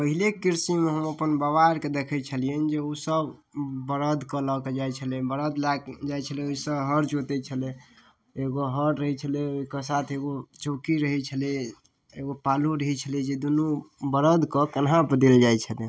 पहिले कृषिमे हम अपन बाबा अरके देखै छलियनि जे ओसब बरदके लऽ कऽ जाइ छलै बरद लए कऽ जाइ छलै ओइसँ हर जोतै छलै एगो हर रहै छलै ओइके साथ एगो चौकी रहै छलै एगो पालो रहै छलै जे दूनु बरदके कन्हापर देल जाइ छलै